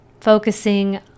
focusing